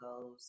goes